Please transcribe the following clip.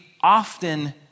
often